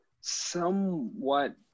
somewhat